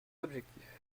objectifs